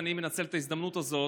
אז אני מנצל את ההזדמנות הזאת.